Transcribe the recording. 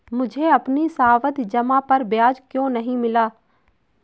मुझे अपनी सावधि जमा पर ब्याज क्यो नहीं मिला?